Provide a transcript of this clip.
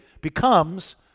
becomes